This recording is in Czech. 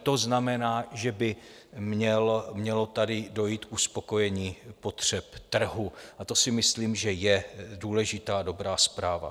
To znamená, že by mělo tady dojít k uspokojení potřeb trhu, a to si myslím, že je důležitá, dobrá zpráva.